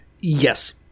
yes